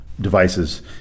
devices